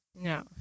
No